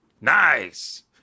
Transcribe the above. Nice